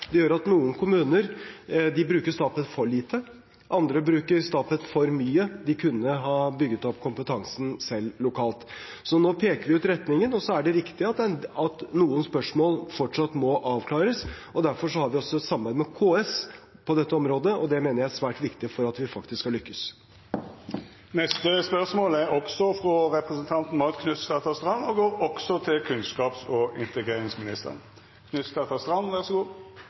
Det gjør at noen kommuner bruker Statped for lite, mens andre bruker Statped for mye. De kunne ha bygd opp kompetanse selv lokalt. Så nå peker vi ut retningen. Det er riktig at det fortsatt er noen spørsmål som må avklares. Derfor har vi et samarbeid med KS på dette området. Det mener jeg er svært viktig for at vi skal lykkes. Her får vi ryddet opp før jul. «I Meld. St. 6 Tett på – tidlig innsats og inkluderende fellesskap i barnehage, skole og